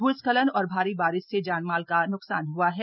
भूस्खलन और भारी बारिश से जानमाल का नूकसान हआ है